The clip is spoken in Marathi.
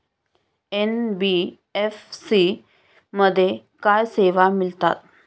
एन.बी.एफ.सी मध्ये काय सेवा मिळतात?